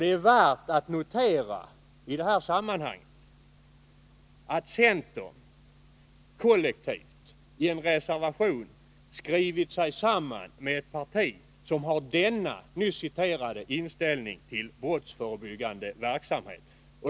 Det är värt att notera i detta sammanhang att centern kollektivt i en reservation skrivit sig samman med ett parti som har denna nyss citerade inställning till brottsförebyggande rådets verksamhet.